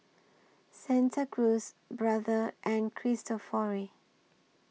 Santa Cruz Brother and Cristofori